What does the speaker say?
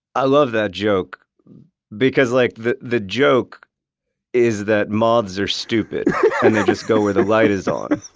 i love that joke because like the the joke is that moths are stupid and they just go where the light is on